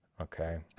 Okay